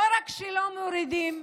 לא רק שלא מורידים,